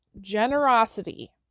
generosity